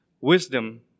wisdom